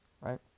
right